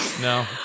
No